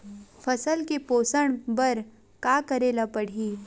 फसल के पोषण बर का करेला पढ़ही?